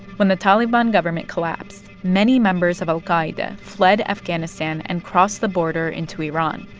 when the taliban government collapsed, many members of al-qaida fled afghanistan and crossed the border into iran.